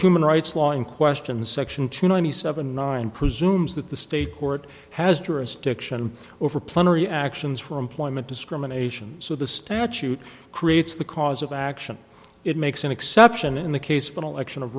human rights law in question in section two ninety seven nine presumes that the state court has jurisdiction over plenary actions for employment discrimination so the statute creates the cause of action it makes an exception in the case of an election of